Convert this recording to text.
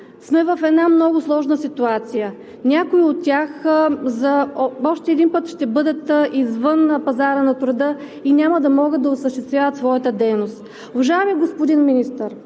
сме в една много сложна ситуация. Някои от тях още един път ще бъдат извън пазара на труда и няма да могат да осъществяват своята дейност. Уважаеми господин Министър,